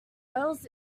whales